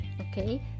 okay